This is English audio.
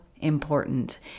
important